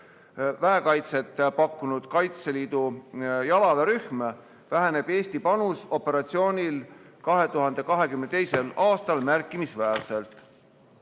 väekaitset pakkuv Kaitseliidu jalaväerühm, väheneb Eesti panus operatsioonil 2022. aastal märkimisväärselt,